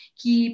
que